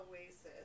Oasis